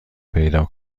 پیدا